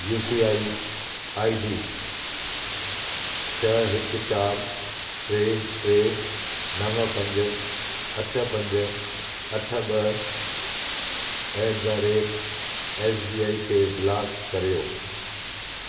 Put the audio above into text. U P I I D छह हिकु चारि टे टे नव पंज अठ पंज अठ ॿ at the rate S B I खे ब्लॉक करियो